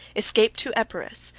escape to epirus,